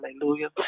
Hallelujah